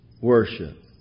worship